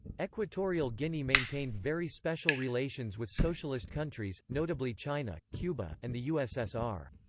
equatorial guinea maintained very special relations with socialist countries, notably china, cuba, and the ussr.